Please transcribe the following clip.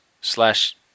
slash